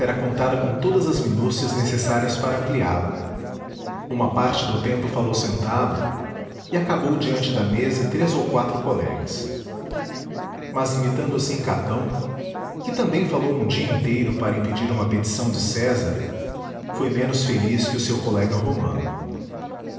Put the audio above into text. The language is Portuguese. contada com todas as minúcias necessárias para